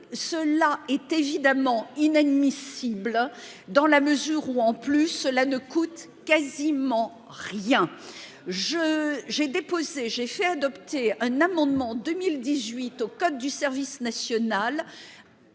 ceux-là est évidemment inadmissible dans la mesure où en plus cela ne coûte quasiment rien. Je j'ai déposé, j'ai fait adopter un amendement 2018 au code du service national.